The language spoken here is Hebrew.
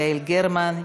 יעל גרמן,